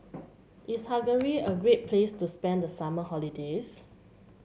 is Hungary a great place to spend the summer holidays